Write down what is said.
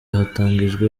hatangijwe